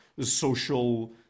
social